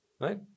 right